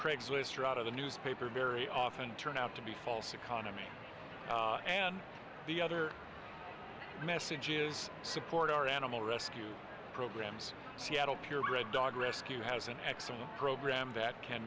craigslist or out of the newspaper very often turn out to be false economy and the other message is support our animal rescue programs seattle purebred dog rescue has an excellent program that can